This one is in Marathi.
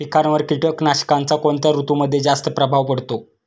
पिकांवर कीटकनाशकांचा कोणत्या ऋतूमध्ये जास्त प्रभाव पडतो?